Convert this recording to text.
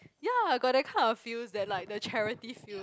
ya got that kind of feels that like the charity feel